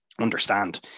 understand